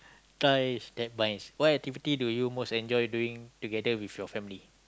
ties that binds what activity do you most enjoy doing together with your family